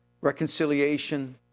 reconciliation